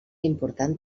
important